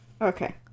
Okay